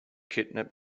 kidnap